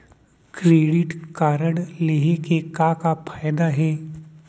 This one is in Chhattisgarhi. क्रेडिट कारड लेहे के का का फायदा हे?